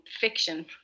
fiction